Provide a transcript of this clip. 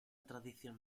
tradición